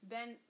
Ben